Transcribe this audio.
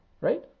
right